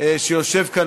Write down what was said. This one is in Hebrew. שיושב כאן,